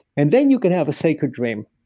and then you can have a sacred dream.